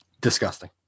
Disgusting